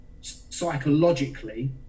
psychologically